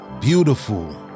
beautiful